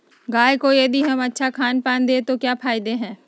गाय को यदि हम अच्छा खानपान दें तो क्या फायदे हैं?